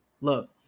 Look